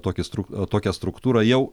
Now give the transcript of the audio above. tokį struk tokią struktūrą jau